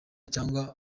cyangwa